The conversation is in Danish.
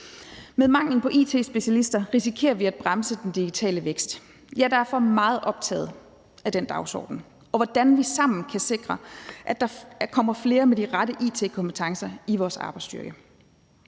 Med manglen på it-specialister risikerer vi at bremse den digitale vækst. Jeg er derfor meget optaget af den dagsorden, og hvordan vi sammen kan sikre, at der kommer flere med de rette it-kompetencer i vores arbejdsstyrke.